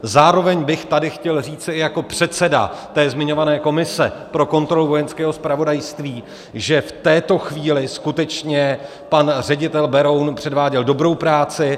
Zároveň bych tady chtěl říci jako předseda zmiňované komise pro kontrolu Vojenského zpravodajství, že v této chvíli skutečně pan ředitel Beroun předváděl dobrou práci.